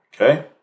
Okay